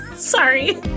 Sorry